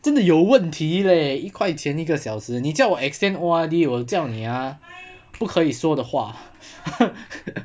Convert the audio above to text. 真的有问题 leh 一块钱一个小时你叫我 extend O_R_D 我叫你啊不可以说的话